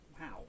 Wow